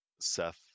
Seth